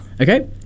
Okay